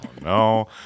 no